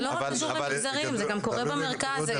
זה לא קשור למגזרים, זה גם קורה במרכז.